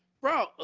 Bro